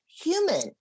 human